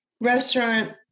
restaurant